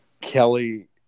Kelly